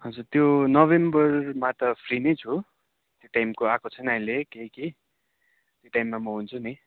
हजुर त्यो नोभेम्बरमा त फ्री नै छु त्यो टाइमका आएको छैन अहिले केही केही टाइममा म हुन्छु नि